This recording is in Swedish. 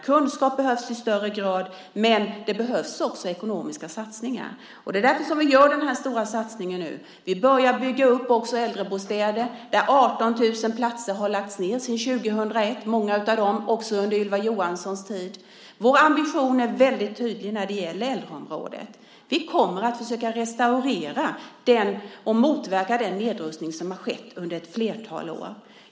Kunskap behövs i större grad, men det behövs också ekonomiska satsningar. Det är därför som vi gör den här stora satsningen nu. Vi börjar också bygga upp äldrebostäder. 18 000 platser har lagts ned sedan 2001, många av dem också under Ylva Johanssons tid. Vår ambition är väldigt tydlig när det gäller äldreområdet. Vi kommer att försöka restaurera äldreomsorgen och motverka den nedrustning som har skett under ett flertal år.